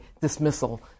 dismissal